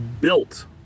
built